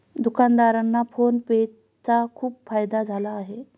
दुकानदारांना PhonePe चा खूप फायदा झाला आहे